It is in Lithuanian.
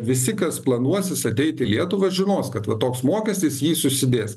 visi kas planuosis ateit į lietuva žinos kad va toks mokestis jį susidės